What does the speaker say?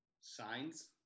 Signs